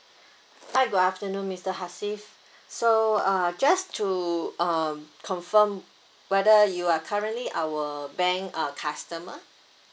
hi good afternoon mister hazif so uh just to um confirm whether you are currently our bank uh customer